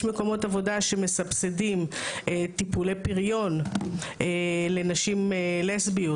יש מקומות עבודה שמסבסדים טיפולי פריון לנשים לסביות.